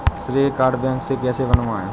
श्रेय card bank से कैसे बनवाएं?